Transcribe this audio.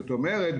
זאת אומרת,